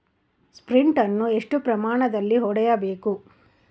Sprint ಅನ್ನು ಎಷ್ಟು ಪ್ರಮಾಣದಲ್ಲಿ ಹೊಡೆಯಬೇಕು?